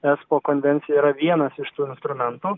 espo konvencija yra vienas iš tų instrumentų